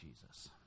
Jesus